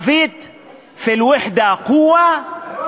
בערבית: (אומר דברים בשפה הערבית,